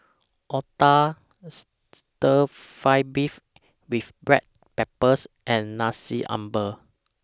Otah Stir Fry Beef with Black Pepper and Nasi Ambeng